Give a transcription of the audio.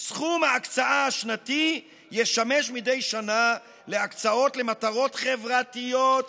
"סכום ההקצאה השנתי ישמש מדי שנה להקצאות למטרות חברתיות,